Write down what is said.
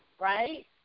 right